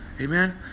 amen